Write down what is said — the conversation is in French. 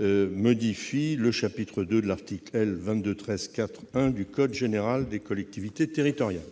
modifie le II de l'article L. 2213-4-1 du code général des collectivités territoriales.